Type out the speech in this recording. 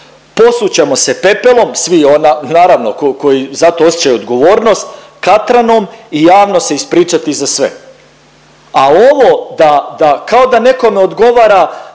Posut ćemo se pepelom svi ona… naravno koji za to osjećaju odgovornost katranom i javno se ispričati za sve. A ovo da kao da nekome odgovara,